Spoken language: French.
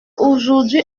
aujourd’hui